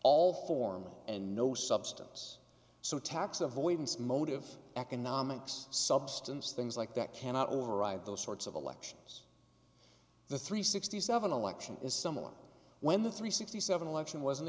all form and no substance so tax avoidance motive economics substance things like that cannot override those sorts of elections the three sixty seven election is someone when the three sixty seven election was